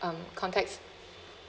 um contacts